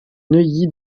neuilly